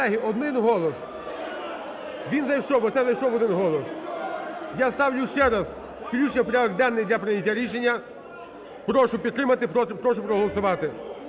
Колеги, один голос. Він зайшов, оце зайшов один голос. Я ставлю ще раз включення в порядок денний для прийняття рішення. Прошу підтримати, прошу проголосувати